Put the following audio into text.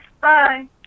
Bye